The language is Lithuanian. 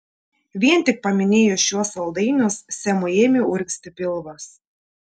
vien tik paminėjus šiuos saldainius semui ėmė urgzti pilvas